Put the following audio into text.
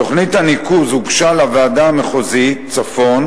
תוכנית הניקוז הוגשה לוועדה המחוזית צפון